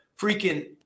freaking